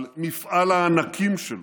על מפעל הענקים שלו,